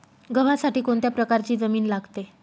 गव्हासाठी कोणत्या प्रकारची जमीन लागते?